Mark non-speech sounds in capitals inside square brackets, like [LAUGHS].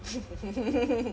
[LAUGHS]